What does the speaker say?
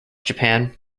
japan